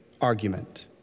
argument